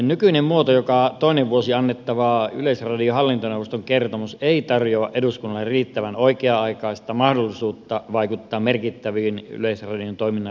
nykyinen muoto joka toinen vuosi annettava yleisradion hallintoneuvoston kertomus ei tarjoa eduskunnalle riittävän oikea aikaista mahdollisuutta vaikuttaa merkittäviin yleisradion toiminnan linjauksiin